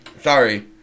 Sorry